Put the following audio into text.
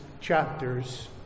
chapters